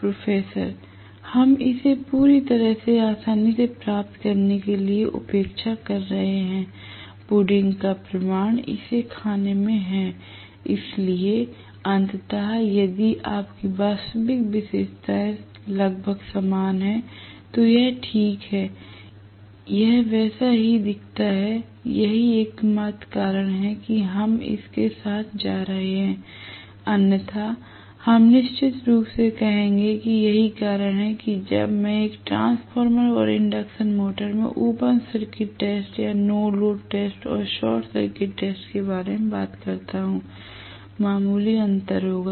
professor हम इसे पूरी तरह से आसानी से प्राप्त करने के लिए उपेक्षा कर रहे हैं पुडिंग का प्रमाण इसे खाने में है इसलिए अंततः यदि आपकी वास्तविक विशेषताएं लगभग समान हैं तो यह ठीक है यह वैसा ही दिखता हैयही एकमात्र कारण है कि हम इसके साथ जा रहे हैं अन्यथा हम निश्चित रूप से कहेंगे कि यही कारण है कि जब मैं एक ट्रांसफॉर्मर और इंडक्शन मोटर में ओपन सर्किट टेस्ट या नो लोड टेस्ट और शॉर्ट सर्किट टेस्ट के बारे में बात करता हूं मामूली अंतर होगा